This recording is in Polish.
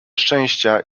szczęścia